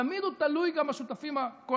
תמיד הוא תלוי גם בשותפים הקואליציוניים